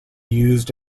used